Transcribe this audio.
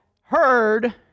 heard